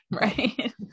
Right